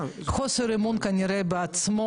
חוסר אמון כנראה בעצמו